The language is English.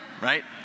right